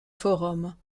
forums